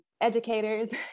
educators